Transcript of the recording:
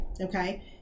Okay